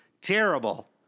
terrible